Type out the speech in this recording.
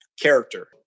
character